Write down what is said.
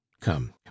come